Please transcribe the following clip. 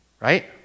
right